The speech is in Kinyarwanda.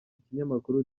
kinyamakuru